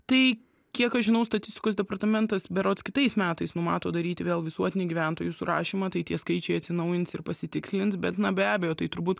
tai kiek aš žinau statistikos departamentas berods kitais metais numato daryti vėl visuotinį gyventojų surašymą tai tie skaičiai atsinaujins ir pasitikslins bet na be abejo tai turbūt